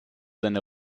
seine